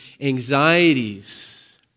anxieties